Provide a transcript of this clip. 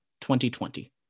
2020